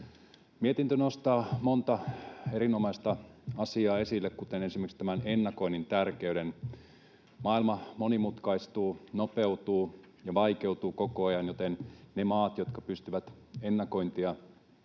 Mietintö nostaa monta erinomaista asiaa esille, kuten esimerkiksi tämän ennakoinnin tärkeyden. Maailma monimutkaistuu, nopeutuu ja vaikeutuu koko ajan, joten ne maat, jotka pystyvät suorittamaan